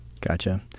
Gotcha